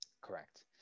Correct